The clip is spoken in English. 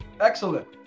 excellent